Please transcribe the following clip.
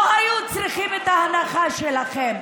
הם לא היו צריכים את ההנחה שלכם.